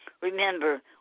Remember